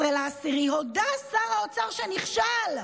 סמוטריץ' ב-15 באוקטובר הודה שר האוצר שנכשל,